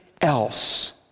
else